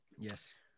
yes